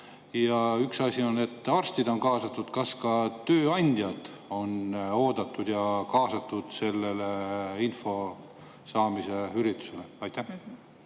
Ja üks asi on, et arstid on kaasatud, aga kas ka tööandjad on oodatud ja kaasatud selle info saamise üritustele? Aitäh,